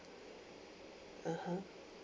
(uh huh)